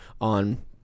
on